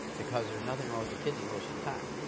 because there's nothing wrong with the kidney most of the time.